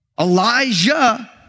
Elijah